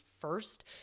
first